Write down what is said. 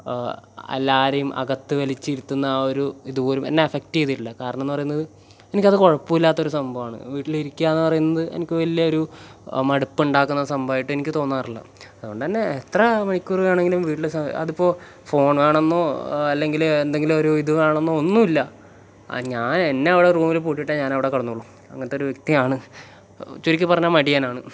എല്ലാവരെയും അകത്ത് വലിച്ചിരുത്തുന്ന ആ ഒരു ഇതുപോലും എന്നെ അഫക്ട് ചെയ്തിട്ടില്ല കാരണം എന്ന് പറയുന്നത് എനിക്കത് കുഴപ്പം ഇല്ലാത്തൊരു സംഭവമാണ് വീട്ടിലിരിക്കുക എന്ന് പറയുന്നത് എനിക്ക് വലിയൊരു മടുപ്പുണ്ടാക്കുന്ന സംഭവമായിട്ട് എനിക്ക് തോന്നാറില്ല അതുകൊണ്ടുതന്നെ എത്ര മണിക്കൂർ വേണമെങ്കിലും വീട്ടിൽ സ് അതിപ്പോൾ ഫോൺ വേണമെന്നോ അല്ലെങ്കിൽ എന്തെങ്കിലും ഒരിത് വേണമെന്നോ ഒന്നുമില്ല ആ ഞാൻ എന്നെ അവിടെ റൂമിൽ പൂട്ടിയിട്ടാൽ ഞാൻ അവിടെ കിടന്നോളും അങ്ങനത്തെ ഒരു വ്യക്തിയാണ് ചുരുക്കി പറഞ്ഞാൽ മടിയനാണ്